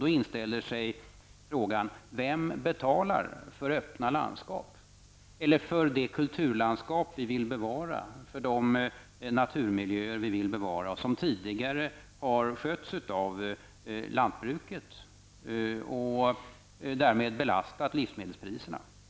Då inställer sig frågan: Vem betalar för öppna landskap, för det kulturlandskap som vi vill bevara och för de naturmiljöer som vi vill bevara och som tidigare har skötts av lantbruket, varvid livsmedelspriserna har belastats?